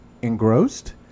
engrossed